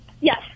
Yes